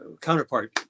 counterpart